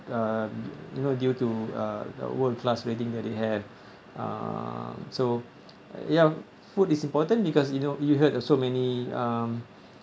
um you know due to uh world class rating that they have uh so ya food is important because you know you heard of so many um